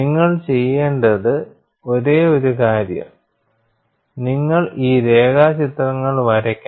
നിങ്ങൾ ചെയ്യേണ്ടത് ഒരേയൊരു കാര്യം നിങ്ങൾ ഈ രേഖാചിത്രങ്ങൾ വരയ്ക്കണം